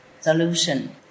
solution